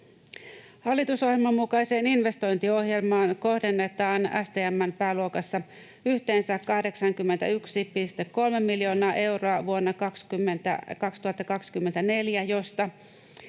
Hallitusohjelman mukaiseen investointiohjelmaan kohdennetaan STM:n pääluokassa yhteensä 81,3 miljoonaa euroa vuonna 2024, joista